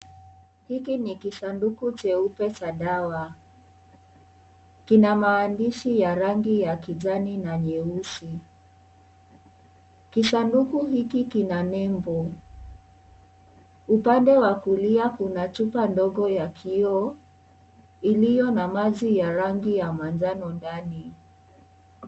Hiki ni kisanduku cheupe cha dawa. Kina maandishi ya rangi ya kijani na nyeusi. Kisanduku hiki kina nembo. Upande wa kulia kuna chupa ndogo ya kioo, iliyo na maji ya rangi ya manjano ndani.